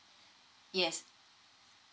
yes